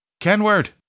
Kenward